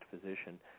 physician